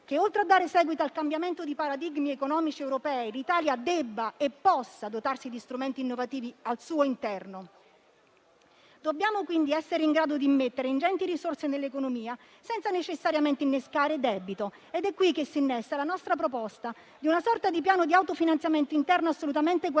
che, oltre a dare seguito al cambiamento dei paradigmi economici europei, l'Italia debba e possa dotarsi di strumenti innovativi al suo interno. Dobbiamo quindi essere in grado di immettere ingenti risorse nell'economia, senza necessariamente innescare debito. Ed è qui che si innesta la nostra proposta di una sorta di piano di autofinanziamento interno assolutamente coerente